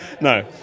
No